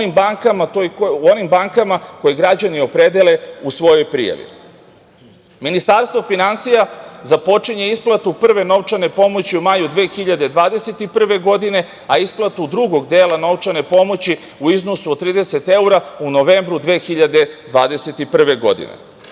u onim bankama koji građani opredele u svojoj prijavi. Ministarstvo finansija započinje isplatu prve novčane pomoći u maju 2021. godine, a isplatu drugog dela novčane pomoći u iznosu od 30 evra u novembru 2021. godine. Tu